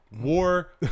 War